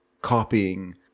copying